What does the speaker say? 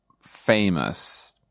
famous